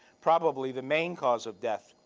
probably the main cause of death,